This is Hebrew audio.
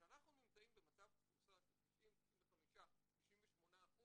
כשאנחנו נמצאים במצב תפוסה של 90%, 95%, 98%